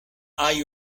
hay